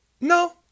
No